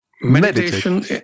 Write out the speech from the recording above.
Meditation